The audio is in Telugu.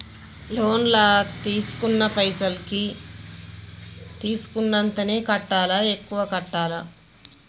లోన్ లా తీస్కున్న పైసల్ కి తీస్కున్నంతనే కట్టాలా? ఎక్కువ కట్టాలా?